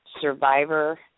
Survivor